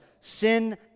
Sin